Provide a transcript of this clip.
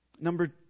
Number